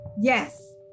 Yes